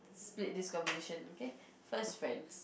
split this conversation okay first friends